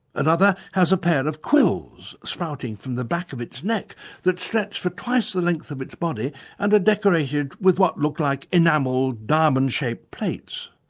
another has a pair of quills sprouting from the back of its neck that stretch for twice the length of its body and are decorated with what look like enamelled diamond-shaped plates.